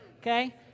okay